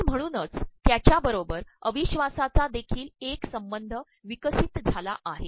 आणण म्हणूनच त्याच्याबरोबर अप्रवश्वासाचा देखील एक संबंध प्रवकमसत झाला आहे